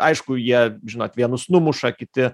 aišku jie žinot vienus numuša kiti